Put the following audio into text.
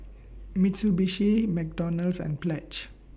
Mitsubishi McDonald's and Pledge